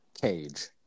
Cage